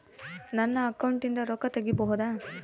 ನನ್ನ ಅಕೌಂಟಿಂದ ರೊಕ್ಕ ತಗಿಬಹುದಾ?